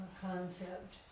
concept